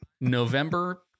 November